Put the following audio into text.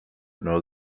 know